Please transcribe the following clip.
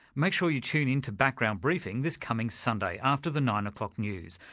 make sure you tune in to background briefing this coming sunday after the nine o'clock news,